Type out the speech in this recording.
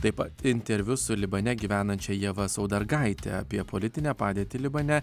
taip pat interviu su libane gyvenančia ieva saudargaite apie politinę padėtį libane